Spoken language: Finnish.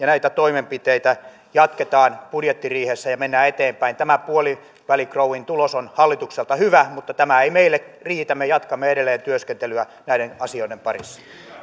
näitä toimenpiteitä jatketaan budjettiriihessä ja mennään eteenpäin tämä puolivälinkrouvin tulos on hallitukselta hyvä mutta tämä ei meille riitä me jatkamme edelleen työskentelyä näiden asioiden parissa